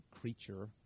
creature